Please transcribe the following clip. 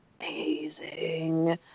Amazing